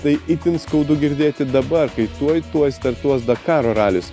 tai itin skaudu girdėti dabar kai tuoj tuoj startuos dakaro ralis